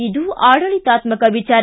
ಇದು ಆಡಳಿತಾತ್ಮಕ ವಿಚಾರ